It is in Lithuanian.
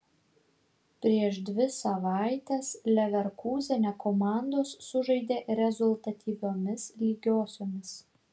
prieš dvi savaites leverkūzene komandos sužaidė rezultatyviomis lygiosiomis